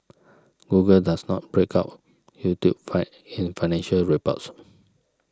Google does not break out YouTube fine in financial reports